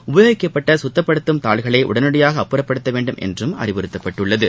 உபயோகிக்கப்பட்ட சுத்தப்படுத்தும் தாள்களை உடனடியாக வேண்டும் என்றும் அறிவுறுத்தப்பட்டுள்ளது